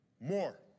More